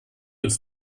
uns